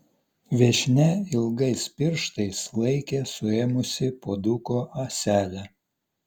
viešnia ilgais pirštais laikė suėmusi puoduko ąselę